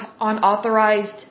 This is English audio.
unauthorized